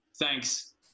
thanks